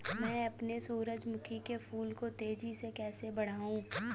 मैं अपने सूरजमुखी के फूल को तेजी से कैसे बढाऊं?